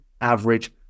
average